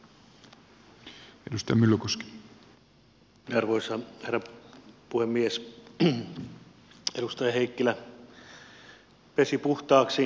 arvoisa herra puhemies